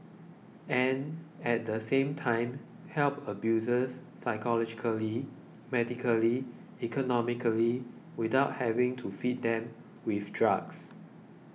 and at the same time help abusers psychologically medically economically without having to feed them with drugs